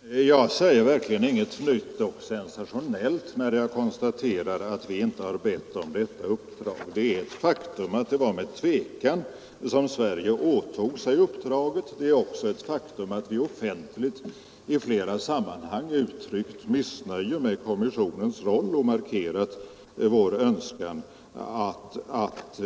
Herr talman! Jag säger verkligen inget nytt och sensationellt när jag konstaterar att vi inte har bett om detta uppdrag. Det är ett faktum att det var med tvekan som Sverige åtog sig uppdraget. Det är också ett faktum att vi offentligt i flera sammanhang uttryckt missnöje med kommissionens roll och markerat vår önskan att